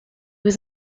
was